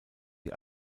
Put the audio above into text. sie